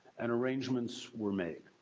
and arrangements were made.